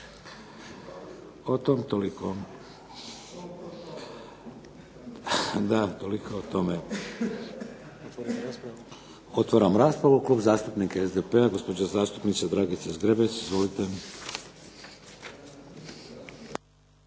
O tom toliko, da toliko o tome. Otvaram raspravu. Klub zastupnika SDP-a, gospođa zastupnica Dragica Zgrebec. Izvolite.